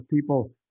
People